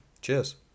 Cheers